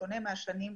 שתהיה יותר ארוכה,